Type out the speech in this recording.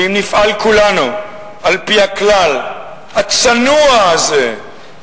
ואם נפעל כולנו על-פי הכלל הצנוע הזה,